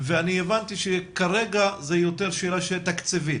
והבנתי שכרגע זו יותר שאלה של תקציבים.